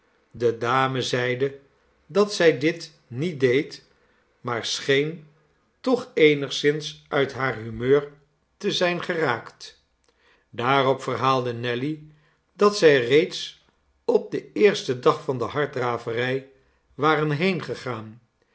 de dame zeide dat zij dit niet deed maar scheen toch eenigszins uit haar humeur te zijn geraakt daarop verhaalde nelly dat zij reeds op den eersten dag van de harddraverij waren heengegaan